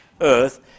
Earth